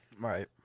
Right